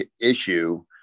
issue